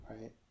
right